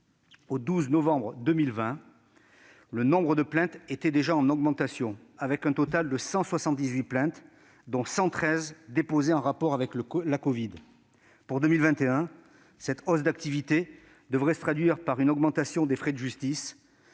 au 12 novembre 2020, le nombre de plaintes était en augmentation, avec un total de 178 plaintes, dont 113 sont en rapport avec la covid. Pour 2021, cette hausse d'activité devrait se traduire par une augmentation des frais de justice,